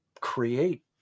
create